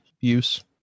use